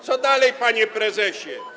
Co dalej, panie prezesie?